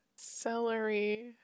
Celery